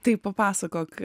tai papasakok